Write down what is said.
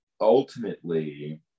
ultimately